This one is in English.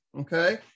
okay